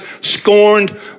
scorned